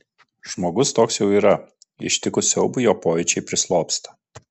žmogus toks jau yra ištikus siaubui jo pojūčiai prislopsta